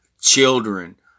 children